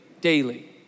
daily